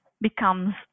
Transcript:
becomes